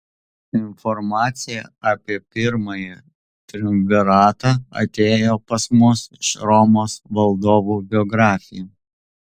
informacija apie pirmąjį triumviratą atėjo pas mus iš romos valdovų biografijų